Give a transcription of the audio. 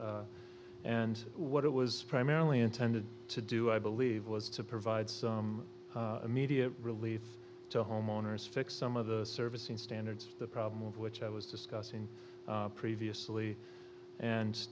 s and what it was primarily intended to do i believe was to provide immediate relief to homeowners fix some of the servicing standards the problem of which i was discussing previously and